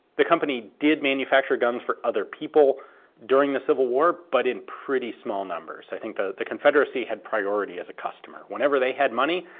the company did manufacture guns for other people during the civil war, but in pretty small numbers. i think the the confederacy had priority as a customer. whenever they had money,